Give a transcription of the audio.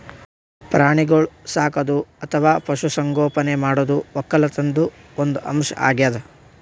ಪ್ರಾಣಿಗೋಳ್ ಸಾಕದು ಅಥವಾ ಪಶು ಸಂಗೋಪನೆ ಮಾಡದು ವಕ್ಕಲತನ್ದು ಒಂದ್ ಅಂಶ್ ಅಗ್ಯಾದ್